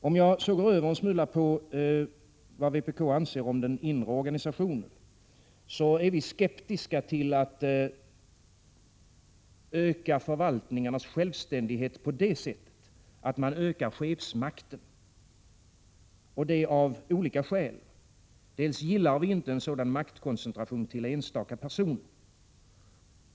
Om jag så går över en smula till vad vpk anser om den inre organisationen, vill jag säga att vi är skeptiska till att öka förvaltningarnas självständighet på det sättet att man ökar chefsmakten, och det av flera skäl. Först och främst gillar vi inte en sådan maktkoncentration till enstaka personer.